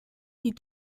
die